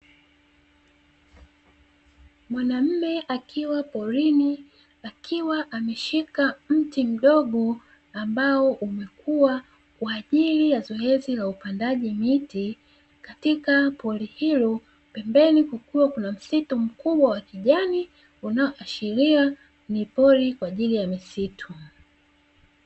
Mwanaume akiwa porini akiwa ameshika mti mdogo, ambao umekua kwa ajili ya zoezi la upandaji miti katika pori hilo, pembeni kukiwa na msitu mkubwa wa kijani unaoashira ni pori kwa ajili ya misitu.